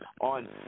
on